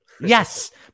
Yes